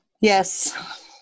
Yes